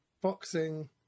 boxing